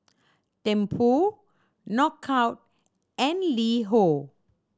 Tempur Knockout and LiHo